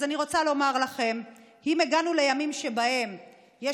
אז אני רוצה לומר לכם: אם הגענו לימים שבהם יש